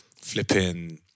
flipping